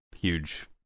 Huge